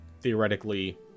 theoretically